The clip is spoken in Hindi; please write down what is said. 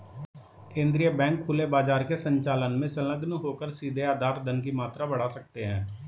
केंद्रीय बैंक खुले बाजार के संचालन में संलग्न होकर सीधे आधार धन की मात्रा बढ़ा सकते हैं